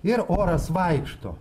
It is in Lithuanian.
ir oras vaikšto